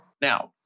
now